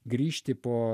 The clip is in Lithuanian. grįžti po